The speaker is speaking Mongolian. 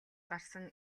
гарсан